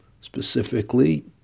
specifically